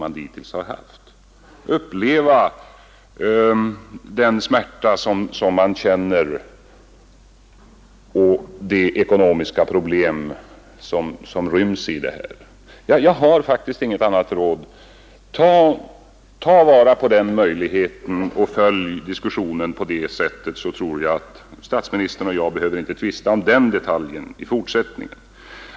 Då kunde statsministern få uppleva den smärta som man känner och engagera sig i de ekonomiska problem som föreligger. Jag har faktiskt inget annat råd till statsministern än att han tar vara på möjligheten att följa diskussionen på detta sätt. Då tror jag inte att statsministern och jag skall behöva tvista om den detaljen i fortsättningen.